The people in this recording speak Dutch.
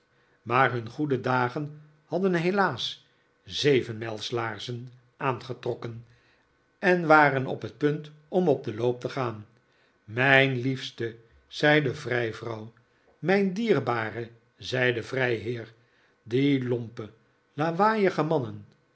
maar hun goede dagen hadden helaas zevenmijlslaarzen aangetrokken en waren op het punt om op den loop te gaan mijn liefste zei de vrijvrouw mijn dierbare zei de vrijheer die lompe lawaaiige mannen